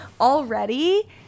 Already